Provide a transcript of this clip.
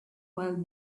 while